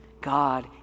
God